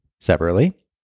Separately